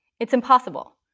it's impossible.